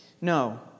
No